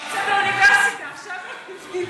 עכשיו אני מבינה.